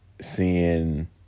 Seeing